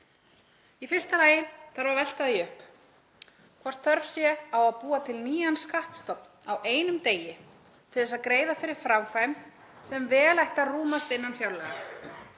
Í fyrsta lagi þarf að velta því upp hvort þörf sé á að búa til nýjan skattstofn á einum degi til að greiða fyrir framkvæmd sem vel ætti að rúmast innan fjárlaga.